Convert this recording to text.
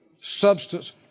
substance